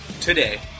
today